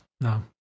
No